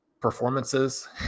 performances